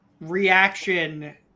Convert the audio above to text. reaction